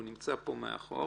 הוא נמצא פה מאחור.